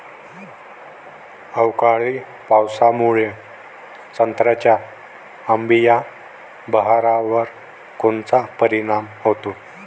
अवकाळी पावसामुळे संत्र्याच्या अंबीया बहारावर कोनचा परिणाम होतो?